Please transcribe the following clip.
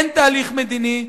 אין תהליך מדיני,